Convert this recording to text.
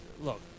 look